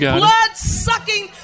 blood-sucking